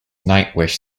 nightwish